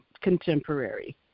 contemporary